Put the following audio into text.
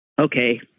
Okay